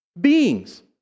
beings